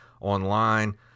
online